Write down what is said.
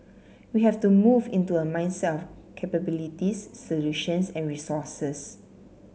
we have to move into a mindset of capabilities solutions and resources